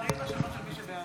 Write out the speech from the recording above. מי נגד?